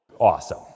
Awesome